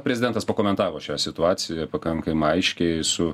prezidentas pakomentavo šią situaciją ir pakankamai aiškiai su